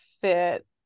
fit